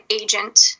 agent